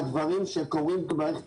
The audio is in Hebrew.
נמצאים במערכת